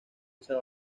esa